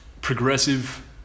progressive